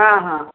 ହଁ ହଁ